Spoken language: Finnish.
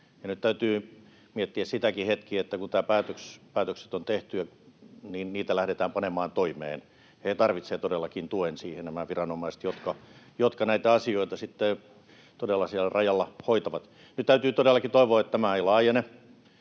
Nyt täytyy miettiä hetki sitäkin, että kun nämä päätökset on tehty, niitä lähdetään panemaan toimeen. He tarvitsevat todellakin tuen siihen, nämä viranomaiset, jotka näitä asioita sitten todella siellä rajalla hoitavat. Nyt täytyy todellakin toivoa, että tämä ei laajene